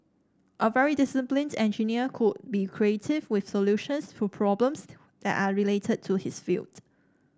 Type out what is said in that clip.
a very disciplined engineer could be with solutions to problems that are related to his field